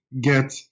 get